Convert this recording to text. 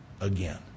again